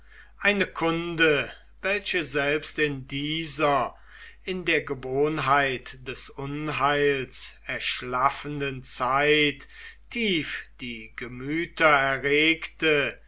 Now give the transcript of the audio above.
eine kunde welche selbst in dieser in der gewohnheit des unheils erschlaffenden zeit tief die gemüter erregte